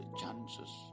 chances